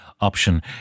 option